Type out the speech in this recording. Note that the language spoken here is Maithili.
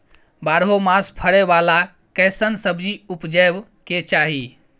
बारहो मास फरै बाला कैसन सब्जी उपजैब के चाही?